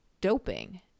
doping